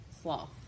sloth